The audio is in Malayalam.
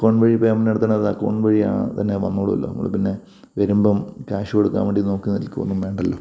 ഫോൺ വഴി പേയ്മെൻറ്റ് നടത്തണോ അതോ അക്കൗണ്ട് വഴി തന്നെ വന്നോളുമല്ലോ നമ്മൾ പിന്നെ വരുമ്പം ക്യാഷ് കൊടുക്കാൻ വേണ്ടി നോക്കി നിൽക്കുകയൊന്നും വേണ്ടല്ലോ